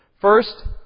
First